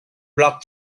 block